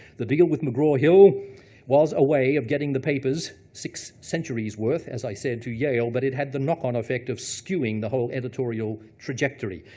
the deal with mcgraw-hill was a way of getting the papers, six centuries worth, as i said, to yale. but it had the knockon effect of skewing the whole editorial trajectory.